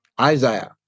Isaiah